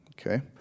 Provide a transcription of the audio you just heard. okay